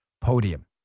Podium